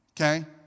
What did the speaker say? Okay